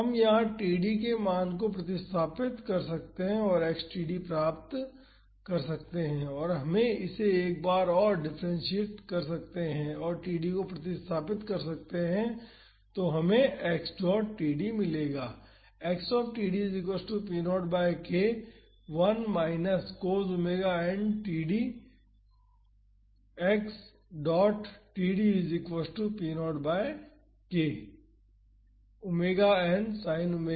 हम यहां td के मान को प्रतिस्थापित कर सकते हैं और x td प्राप्त कर सकते हैं और हम इसे एक बार डिफ्रेंसियेट कर सकते हैं और td को प्रतिस्थापित कर सकते हैं और हमें x डॉट td मिलेगा